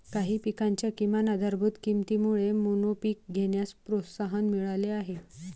काही पिकांच्या किमान आधारभूत किमतीमुळे मोनोपीक घेण्यास प्रोत्साहन मिळाले आहे